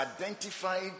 identified